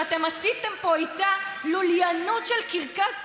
אתם עשיתם פה איתה לוליינות של קרקס,